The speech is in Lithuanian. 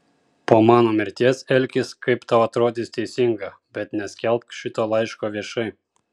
po mano mirties elkis kaip tau atrodys teisinga bet neskelbk šito laiško viešai